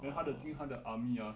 then 他的精他的 army ah